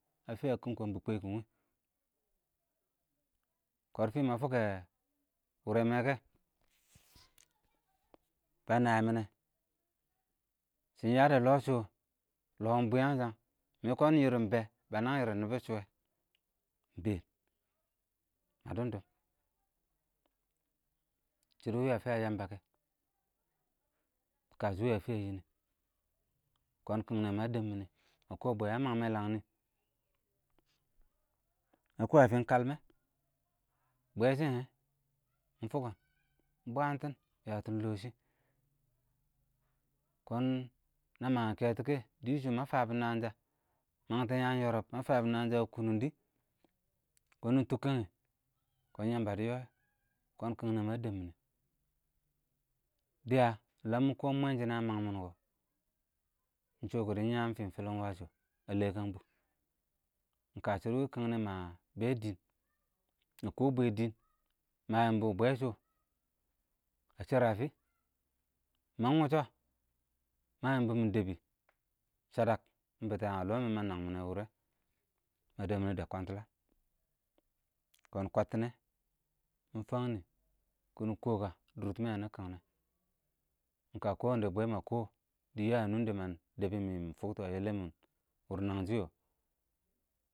ə fɪyə kɪɪm kɔn bɪ kwɛkɪm wɪ, kɔrfɪ mə fʊkɛ wʊrɛ mɛ kɛ, bə nəyɪ mɪnɛ shɪn ɪng yədɛ lɔɔ shʊ, lɔɔ ɪng bwɪyəng shən, mɪ kɔɔn nɪrɪn bɛ, bə nwə ɪrɪn nɪbʊ shʊ wɛ, ɪng bɛɛn, mə dʊm-dʊm shɪdɔ wɪ ə fɪyə yəmbə kɛ, ɪng kə shɔ wɪ ə fɪ yə nɪ, kɔɔn kɪng nɛ mə dɛm mɪnɪ, mə kɔɔ bweꞌ ə məng mɛ lə nɪ, mə kɔɔ ə fɪɪn kəlmɛ, bwɛ sɪn ɪnghɪn, mɪ fʊkkɪn ɪng bwətɪn yətɪn lɔɔ shɪ, kɔɔn nə mənghɪn kɛtʊ kɪ, dɪshʊ mə fəbɔ nəng sə, yətɪn yəən yɔrɔb mə fəbʊ nəng sə wɪɪ kʊnʊng dɪ, kɔɔn nɪɪ tɪkkən yɛ, kɔɔn yəmbə dɪ yɔɔ, kɔɔn kɪng nɛ mə dɛm mɪnɪ, dɪyə ləm shɪn kɔ mɔɔn ə məng mɪn kɔɔ, ɪng shɔ kɪdɪ ɪng yəəm fɪn fɪlɪnwəsh, ə le kən bʊ, ɪng kəsɔ wɪ sɪnɪ kɪng nɛ məa, bɛ dɪn, mə kɔɔ bwɛ dɪn mə yɪmbɔ bwɛ sʊ sə ə shərɪ ə fɪ? məng wʊsɔ, mə yɪmbɔ mɪ dəbɪ, sələk, mɪ bɪtɛ ə lɔɔ mɪn, mə nəng wʊrɛ, mə dɛm mɪnɪ dɛb kɔɔn dɪ ə, kɔɔn kwəttɪ nɛ, mɪ fəng nɪ, kɪnɪ kɔ kə dʊrtɪmɛ wʊnʊ kɪng nɛ, ɪnkə kɔ wənɛ bwɛ mə kɔ dɪyə ə nʊng dɛ mɪ dəbɪ mɪ fʊktɔə yɛlɛn wʊrɛn nəngshɪ yɔ.